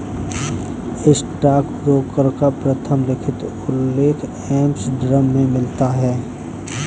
stockbroker का प्रथम लिखित उल्लेख एम्स्टर्डम में मिलता है